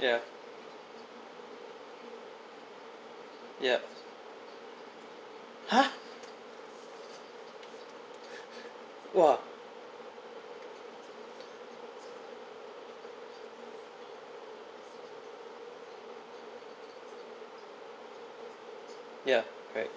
yeah yeah !huh! !wah! ya correct